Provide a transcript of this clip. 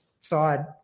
side